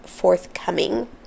forthcoming